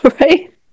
right